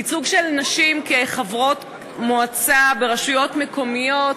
ייצוג של נשים כחברות מועצה ברשויות מקומיות